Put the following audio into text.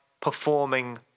performing